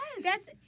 Yes